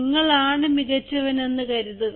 നിങ്ങളാണ് മികച്ചവനെന്ന് കരുതുക